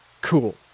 cool